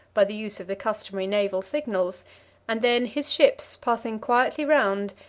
by the use of the customary naval signals and then his ships, passing quietly round,